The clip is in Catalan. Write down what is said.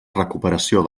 recuperació